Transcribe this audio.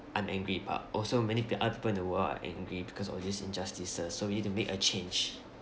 I'm angry but also many p~ other people in the world are angry because of these injustices so we need to make a change